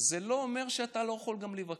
זה לא אומר שאתה לא יכול לבקר,